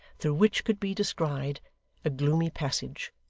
through which could be descried a gloomy passage,